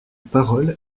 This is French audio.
parole